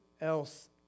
else